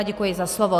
Děkuji za slovo.